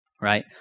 right